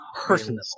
personal